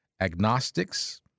agnostics